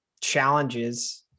challenges